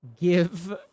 give